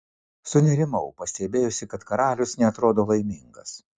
sunerimau pastebėjusi kad karalius neatrodo laimingas